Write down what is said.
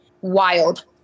wild